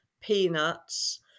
peanuts